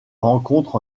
rencontre